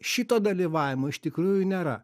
šito dalyvavimo iš tikrųjų nėra